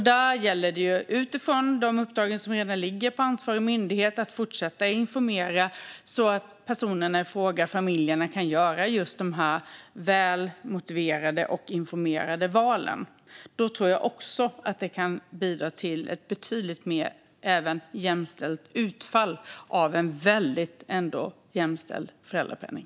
Där gäller det att man utifrån de uppdrag som ligger på ansvarig myndighet att fortsätter att informera så att personerna i fråga i familjerna kan göra just dessa väl motiverade och informerade val. Det tror jag också kan bidra till ett betydligt mer jämställt utfall av en ändå väldigt jämställd föräldrapenning.